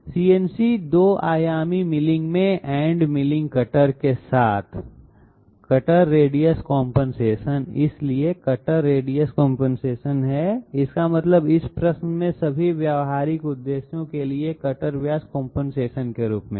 CNC 2 आयामी milling में end milling cutter के साथ कटर रेडियस कंपनसेशन इसलिए कटर रेडियस कंपनसेशन है इसका मतलब इस प्रश्न में सभी व्यावहारिक उद्देश्यों के लिए कटर व्यास कंपनसेशन के रूप में है